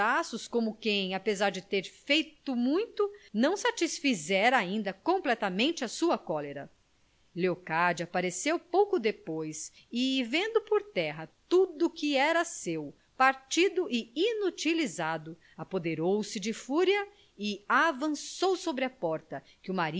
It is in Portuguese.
braços como quem apesar de ter feito muito não satisfizera ainda completamente a sua cólera leocádia apareceu pouco depois e vendo por terra tudo que era seu partido e inutilizado apoderou-se de fúria e avançou sobre a porta que o